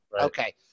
Okay